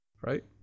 right